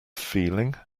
feeling